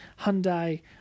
Hyundai